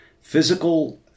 physical